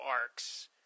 arcs